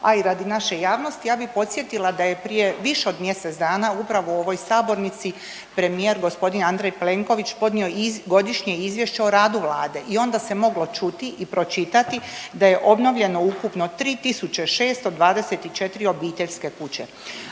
ali i naše javnosti ja bi podsjetila da je prije više od mjesec dana upravo u ovoj sabornici premijer gospodin Andrej Plenković podnio Godišnje izvješće o radu Vlade. I onda se moglo čuti i pročitati da je obnovljeno ukupno 3.624 obiteljske kuće,